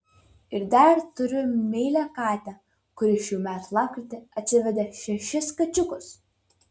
ir dar turiu meilią katę kuri šių metų lapkritį atsivedė šešis kačiukus